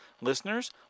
Listeners